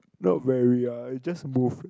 not very ah it just move